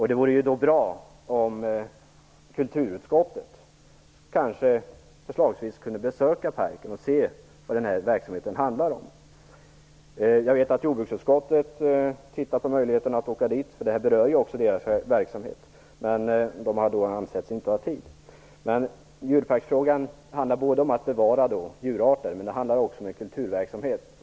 Det vore därför bra om kulturutskottet kunde besöka parken och själv titta närmare på verksamheten. Jag vet att jordbruksutskottet har undersökt möjligheterna att åka dit - det här berör ju också dess verksamhet - men inte har ansett sig ha tid. Djurparksfrågan handlar visserligen om att bevara djurarter, men det handlar också om kulturverksamhet.